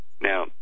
Now